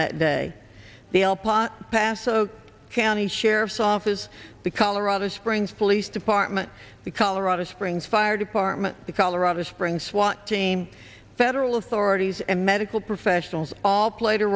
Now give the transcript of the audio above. alpine paso county sheriff's office the colorado springs police department the colorado springs fire department the colorado springs swat team federal authorities and medical professionals all played a